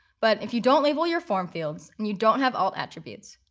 but if you don't label your form fields, and you don't have alt attributes,